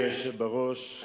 אדוני היושב בראש,